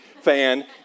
fan